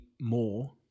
more